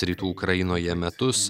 rytų ukrainoje metus